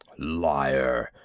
liar!